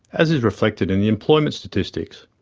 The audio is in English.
as is reflected in the employment statistics.